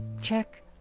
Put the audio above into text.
check